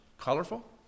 colorful